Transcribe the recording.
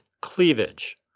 cleavage